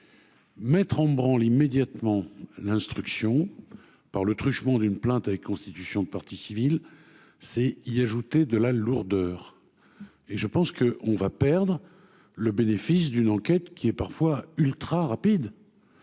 Mettre en branle immédiatement l'instruction par le truchement d'une plainte avec constitution de partie civile c'est y ajouter de la lourdeur et je pense que on va perdre le bénéfice d'une enquête qui est parfois ultra-rapide